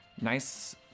nice